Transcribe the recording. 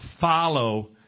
Follow